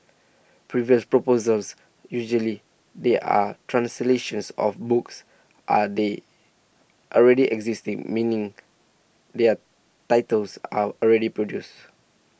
previous proposals usually they are translations of books are they already existing meaning their titles are already produced